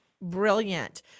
Brilliant